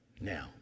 Now